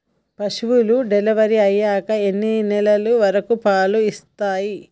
పశువులు డెలివరీ అయ్యాక ఎన్ని నెలల వరకు పాలు ఇస్తాయి?